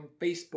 Facebook